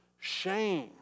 shame